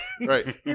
Right